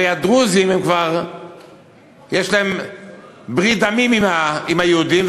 הרי הדרוזים כבר יש להם ברית דמים עם היהודים,